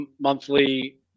monthly